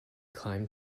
climbed